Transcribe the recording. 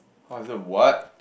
how is that what